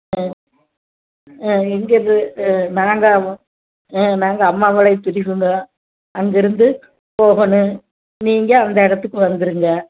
ம் ஆ எங்கேருந்து ஆ நாங்கள் ம் நாங்கள் அம்மாபாளையம் பிரிவுங்க அங்கேருந்து போகணும் நீங்கள் அந்த இடத்துக்கு வந்துடுங்க